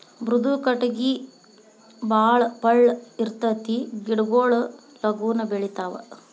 ಮೃದು ಕಟಗಿ ಬಾಳ ಪಳ್ಳ ಇರತತಿ ಗಿಡಗೊಳು ಲಗುನ ಬೆಳಿತಾವ